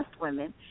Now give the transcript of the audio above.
women